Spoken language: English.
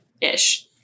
ish